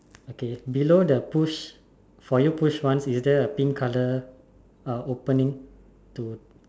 okay below the push for you push one is there a pink colour uh opening to